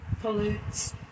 pollutes